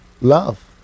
Love